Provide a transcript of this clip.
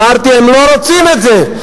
אמרתי: הם לא רוצים את זה.